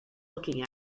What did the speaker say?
looking